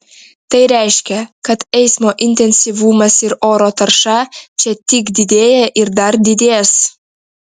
tai reiškia kad eismo intensyvumas ir oro tarša čia tik didėja ir dar didės